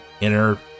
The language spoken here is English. inner